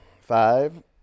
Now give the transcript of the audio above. Five